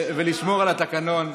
בבקשה, ולשמור על התקנון.